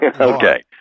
Okay